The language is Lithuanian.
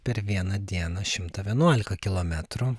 per vieną dieną šimtą vienuolika kilometrų